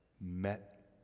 met